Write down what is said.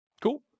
Cool